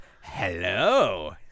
Hello